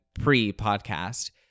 pre-podcast